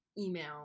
email